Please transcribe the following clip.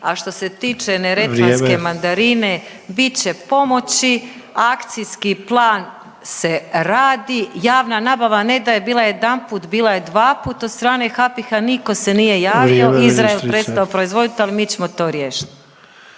Vrijeme./... mandarine, bit će pomoći, akcijski plan se radi, javna nabava, ne da je bila jedanput, bila je dvaput od strane HAPIH-a, nitko se nije javio, Izrael … .../Upadica: Vrijeme, ministrice./...